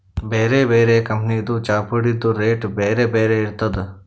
ಬ್ಯಾರೆ ಬ್ಯಾರೆ ಕಂಪನಿದ್ ಚಾಪುಡಿದ್ ರೇಟ್ ಬ್ಯಾರೆ ಬ್ಯಾರೆ ಇರ್ತದ್